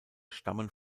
stammen